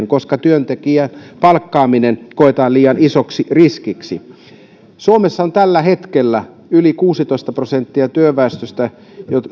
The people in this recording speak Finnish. koska työntekijän palkkaaminen koetaan liian isoksi riskiksi suomessa tällä hetkellä yli kuusitoista prosenttia työväestöstä